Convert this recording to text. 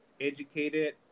educated